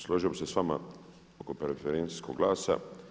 Složio bih se s vama oko preferencijskog glasa.